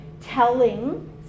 telling